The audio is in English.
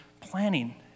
planning